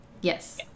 Yes